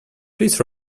please